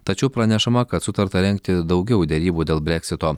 tačiau pranešama kad sutarta rengti daugiau derybų dėl breksito